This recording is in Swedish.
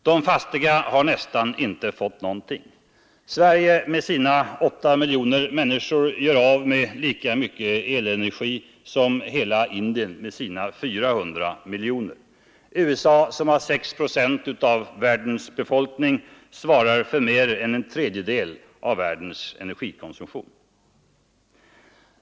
De fattiga har nästan inte fått någonting. Sverige med sina 8 miljoner människor gör av med lika mycket elenergi som Indien med sina 400 miljoner. USA, som har 6 procent av världens befolkning, svarar för mer än en tredjedel av världens energikonsumtion.